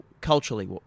culturally